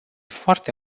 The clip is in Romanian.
foarte